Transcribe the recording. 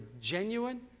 genuine